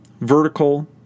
vertical